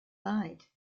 lied